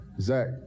Zach